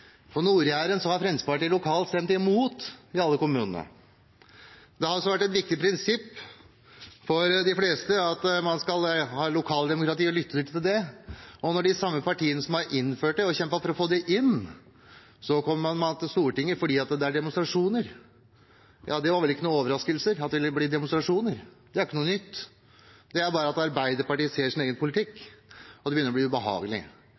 På Nord-Jæren har Fremskrittspartiet lokalt stemt imot i alle kommunene. Det har altså vært et viktig prinsipp for de fleste at man skal ha et lokaldemokrati og lytte til det, og de samme partiene som har innført dette og kjempet for å få det inn, kommer nå til Stortinget, fordi det er demonstrasjoner. Det var vel ikke noen overraskelse at det ville bli demonstrasjoner, det er ikke noe nytt. Det er bare det at Arbeiderpartiet ser sin egen politikk, og det begynner å bli ubehagelig.